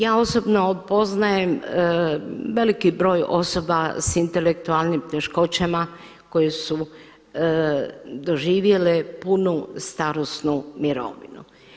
Ja osobno poznajem veliki broj osoba sa intelektualnim teškoćama koje su doživjele punu starosnu mirovinu.